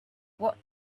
what